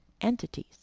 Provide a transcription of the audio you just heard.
entities